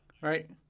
right